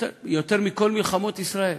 יותר מכל מלחמות ישראל.